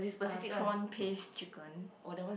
uh prawn paste chicken